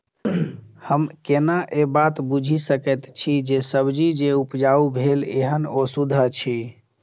हम केना ए बात बुझी सकैत छी जे सब्जी जे उपजाउ भेल एहन ओ सुद्ध अछि?